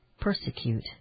persecute